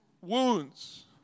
Wounds